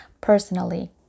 personally